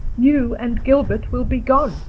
you and gilbert will be gone.